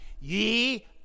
ye